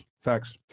Facts